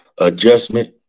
Adjustment